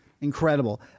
Incredible